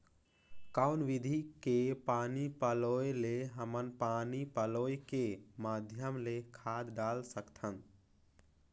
कौन विधि के पानी पलोय ले हमन पानी पलोय के माध्यम ले खाद डाल सकत हन?